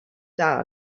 dark